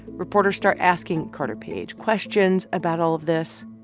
reporters start asking carter page questions about all of this,